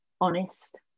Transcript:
honest